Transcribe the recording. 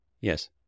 Yes